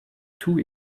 too